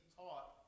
taught